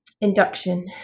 induction